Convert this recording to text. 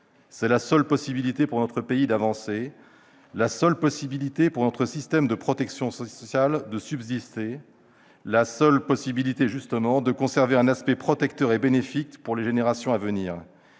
C'est la seule possibilité pour notre pays d'avancer ; la seule possibilité pour notre système de protection sociale de subsister ; la seule possibilité de conserver un aspect protecteur et bénéfique pour les générations à venir.